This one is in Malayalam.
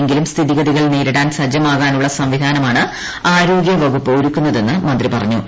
എങ്കിലും സ്മിഗ്രതികൾ നേരിടാൻ സജ്ജമാകാനുള്ള സംവിധാനമാണ് ആരോഗ്യ ്വകുപ്പ് ഒരുക്കുന്നതെന്നും മന്ത്രി പറഞ്ഞു